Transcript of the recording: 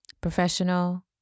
professional